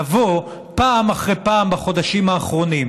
לבוא פעם אחרי פעם בחודשים האחרונים,